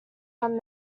when